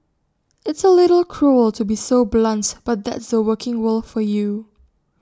it's A little cruel to be so blunt but that's the working world for you